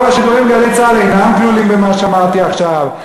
רוב השידורים ב"גלי צה"ל" אינם כלולים במה שאמרתי עכשיו.